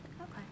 Okay